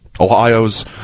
Ohio's